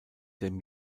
dem